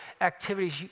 activities